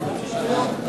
הממשלה על